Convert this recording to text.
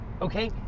Okay